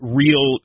real